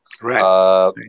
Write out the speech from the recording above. Right